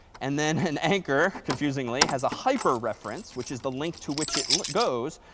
and then and anchor, confusingly, has a hyperreference, which is the link to which it goes.